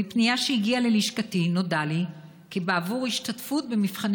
מפנייה שהגיעה ללשכתי נודע לי כי בעבור השתתפות במבחני